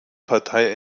partei